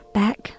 back